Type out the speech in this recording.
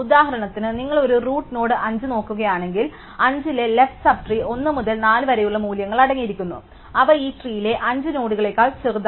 ഉദാഹരണത്തിന് നിങ്ങൾ ഒരു റൂട്ട് നോഡ് 5 നോക്കുകയാണെങ്കിൽ 5 ലെ ലെഫ്റ് സബ് ട്രീ 1 മുതൽ 4 വരെയുള്ള മൂല്യങ്ങൾ അടങ്ങിയിരിക്കുന്നു അവ ഈ ട്രീയിലെ 5 നോഡുകളേക്കാൾ ചെറുതാണ്